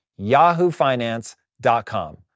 yahoofinance.com